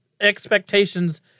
expectations